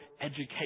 education